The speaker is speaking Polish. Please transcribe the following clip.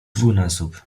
dwójnasób